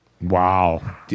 Wow